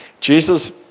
Jesus